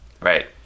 right